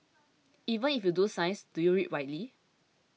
even if you do science do you read widely